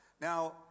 Now